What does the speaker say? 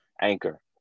Anchor